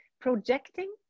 Projecting